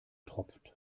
tropft